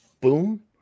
boom